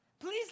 please